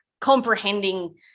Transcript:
comprehending